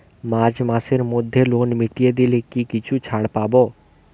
March মাসের মধ্যে loan মিটিয়ে দিলে কি কিছু ছাড় পাব?